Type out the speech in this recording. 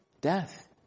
death